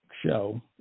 show